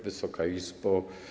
Wysoka Izbo!